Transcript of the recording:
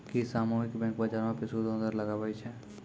कि सामुहिक बैंक, बजारो पे सूदो दर लगाबै छै?